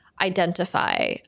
identify